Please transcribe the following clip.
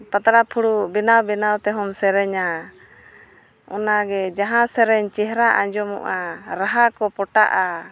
ᱯᱟᱛᱲᱟ ᱯᱷᱩᱲᱩᱜ ᱵᱮᱱᱟᱣ ᱵᱮᱱᱟᱣ ᱛᱮᱦᱚᱢ ᱥᱮᱨᱮᱧᱟ ᱚᱱᱟ ᱜᱮ ᱡᱟᱦᱟᱸ ᱥᱮᱨᱮᱧ ᱪᱮᱦᱨᱟ ᱟᱡᱚᱢᱚᱜᱼᱟ ᱨᱟᱦᱟ ᱠᱚ ᱯᱚᱴᱟᱜᱼᱟ